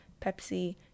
pepsi